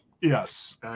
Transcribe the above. Yes